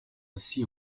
aussi